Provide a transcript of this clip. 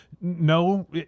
no